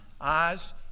eyes